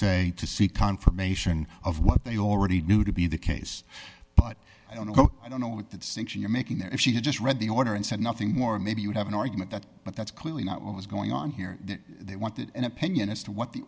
say to see confirmation of what they already knew to be the case i don't know i don't know what that sanction you're making there if she had just read the order and said nothing more maybe you would have an argument that but that's clearly not what was going on here that they wanted an opinion as to what the